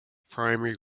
primary